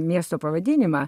miesto pavadinimą